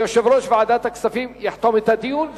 יושב-ראש ועדת הכספים יחתום את הדיון,